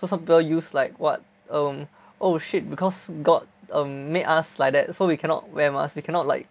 so some people use like what err oh shit because god um made us like that so we cannot wear masks we cannot like